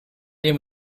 dem